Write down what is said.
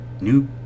New